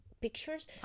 pictures